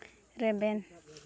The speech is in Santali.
ᱨᱮᱵᱮᱱ